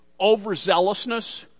overzealousness